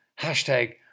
hashtag